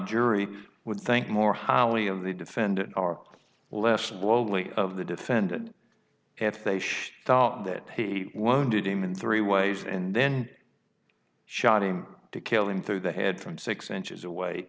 jury would think more highly of the defendant or less worldly of the defended if they thought that he wanted him in three ways and then shot him to kill him through the head from six inches away